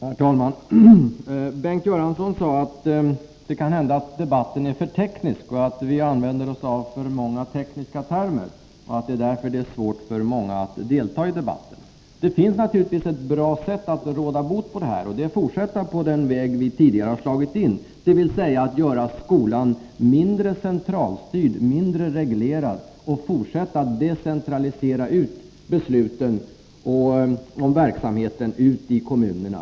Herr talman! Bengt Göransson sade att det kan hända att debatten är för teknisk och att vi använder oss av för många tekniska termer, varför det kan vara svårt för många att delta i debatten. Det finns naturligtvis ett bra sätt att råda bot på detta, och det är att fortsätta på den väg vi tidigare slagit in på, dvs. att göra skolan mindre centralstyrd, mindre reglerad och fortsätta att decentralisera besluten och verksamheten ut till kommunerna.